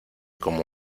como